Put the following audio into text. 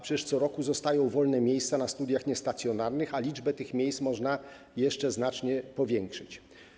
Przecież co roku zostają wolne miejsca na studiach niestacjonarnych, a liczbę tych miejsc można jeszcze znacznie zwiększyć.